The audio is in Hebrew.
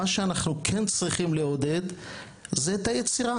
מה שאנחנו כן צריכים לעודד - זה את היצירה.